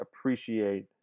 appreciate